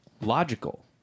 logical